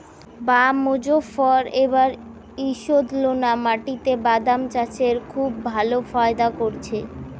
বাঃ মোজফ্ফর এবার ঈষৎলোনা মাটিতে বাদাম চাষে খুব ভালো ফায়দা করেছে